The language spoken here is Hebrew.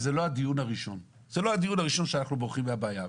וזה לא הדיון הראשון שאנחנו בורחים מהבעיה.